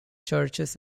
churches